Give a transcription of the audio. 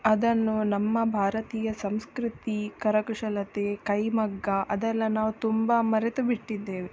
ಅದನ್ನು ನಮ್ಮ ಭಾರತೀಯ ಸಂಸ್ಕೃತಿ ಕರಕುಶಲತೆ ಕೈಮಗ್ಗ ಅದೆಲ್ಲ ನಾವು ತುಂಬ ಮರೆತುಬಿಟ್ಟಿದ್ದೇವೆ